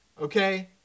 Okay